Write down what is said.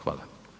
Hvala.